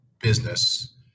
business